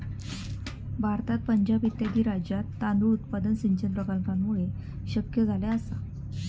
भारतात पंजाब इत्यादी राज्यांत तांदूळ उत्पादन सिंचन प्रकल्पांमुळे शक्य झाले आसा